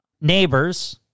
neighbors